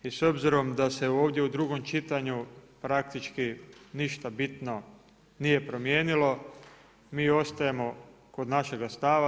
I s obzirom da se ovdje u drugom čitanju praktički ništa bitno nije promijenilo, mi ostajemo kod našega stava.